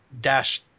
dash